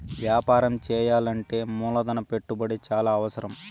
వ్యాపారం చేయాలంటే మూలధన పెట్టుబడి చాలా అవసరం